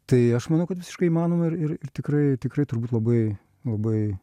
tai aš manau kad visiškai įmanoma ir ir ir tikrai tikrai turbūt labai labai